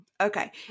Okay